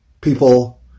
people